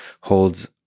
holds